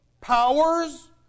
powers